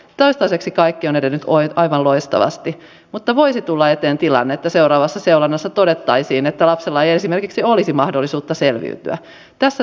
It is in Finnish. toistaiseksi kaikki on edennyt aivan loistavasti mutta voisi tulla eteen tilanne että seuraavassa seulonnassa todettaisiin että lapsella ei esimerkiksi olisi mahdollisuutta selviytyä